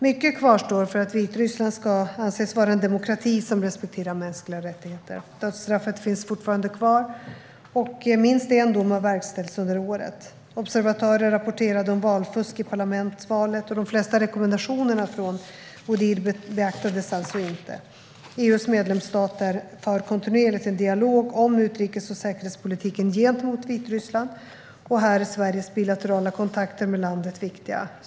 Mycket kvarstår för att Vitryssland ska anses vara en demokrati som respekterar mänskliga rättigheter. Dödsstraffet finns fortfarande kvar, och minst en dom har verkställts under året. Observatörer rapporterade om valfusk i parlamentsvalet, och de flesta rekommendationer från Odihr beaktades alltså inte. EU:s medlemsstater för kontinuerligt en dialog om utrikes och säkerhetspolitiken gentemot Vitryssland, och här är Sveriges bilaterala kontakter med landet viktiga.